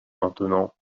maintenant